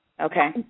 Okay